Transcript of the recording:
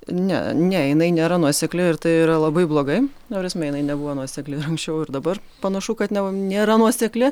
ne ne jinai nėra nuosekli ir tai yra labai blogai ta prasme jinai nebuvo nuosekli anksčiau ir dabar panašu kad ne nėra nuosekli